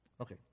Okay